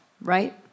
right